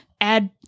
add